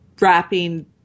wrapping